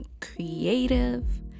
creative